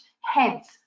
Hence